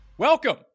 Welcome